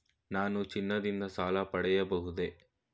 ನಾನು ಚಿನ್ನದಿಂದ ಸಾಲ ಪಡೆಯಬಹುದೇ?